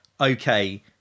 okay